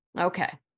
Okay